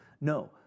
No